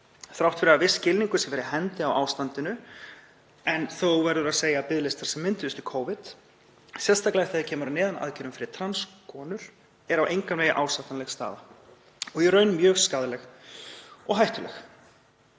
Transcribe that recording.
Þrátt fyrir að viss skilningur sé fyrir hendi á ástandinu verður þó að segja að biðlistar sem mynduðust í Covid, sérstaklega þegar kemur að neðanaðgerðum fyrir trans konur, eru engan veginn ásættanleg staða og í raun mjög skaðleg og hættuleg.